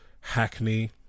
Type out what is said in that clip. Hackney